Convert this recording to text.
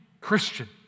Christian